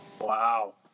Wow